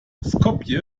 skopje